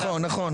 נכון,